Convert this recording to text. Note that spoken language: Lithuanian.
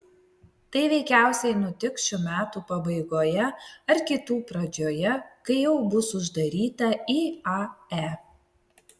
tai veikiausiai nutiks šių metų pabaigoje ar kitų pradžioje kai jau bus uždaryta iae